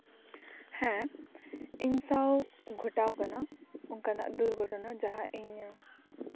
ᱦᱮᱸ ᱤᱧ ᱥᱟᱶ ᱜᱷᱚᱴᱟᱣ ᱠᱟᱱᱟ ᱚᱱᱠᱟᱱᱟᱜ ᱫᱩᱨᱜᱷᱚᱴᱚᱱᱟ ᱡᱟᱦᱟᱸ ᱤᱧ